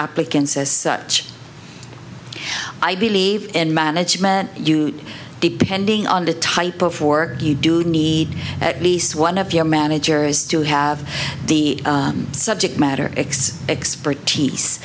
applicants as such i believe in management you depending on the type of work you do need at least one of your managers to have the subject matter x expertise